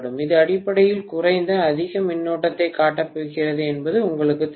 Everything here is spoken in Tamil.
இது அடிப்படையில் குறைந்த அதிக மின்னோட்டத்தைக் காட்டப் போகிறது என்பது உங்களுக்குத் தெரியும்